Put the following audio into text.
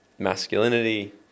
masculinity